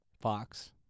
Fox